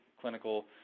clinical